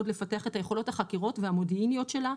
לפתח את יכולות החקירות והמודיעיניות שלה,